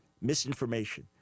misinformation